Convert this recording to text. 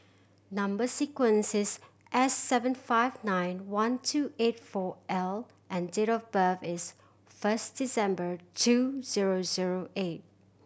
number sequence is S seven five nine one two eight four L and date of birth is first December two zero zero eight